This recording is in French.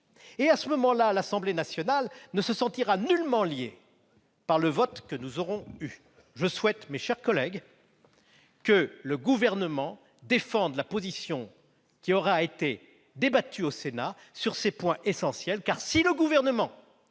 nationale, laquelle dès lors ne se sentira nullement liée par le vote que nous aurons émis. Je souhaite, mes chers collègues, que le Gouvernement défende la position qui aura été débattue au Sénat sur ces points essentiels, car sinon nous risquons